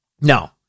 No